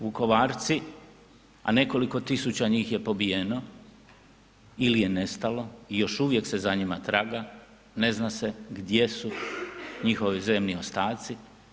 Vukovarci, a nekoliko tisuća njih je pobijeno ili je nestalo i još uvijek se za njima traga, ne zna se gdje su njihovi zemni ostaci.